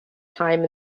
time